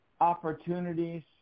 opportunities